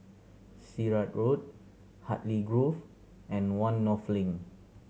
Sirat Road Hartley Grove and One North Link